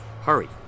Hurry